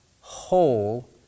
whole